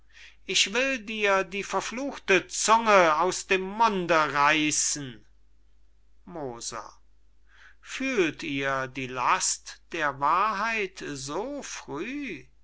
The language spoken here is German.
ich will dir die verfluchte zunge aus dem munde reißen moser fühlt ihr die last der wahrheit so früh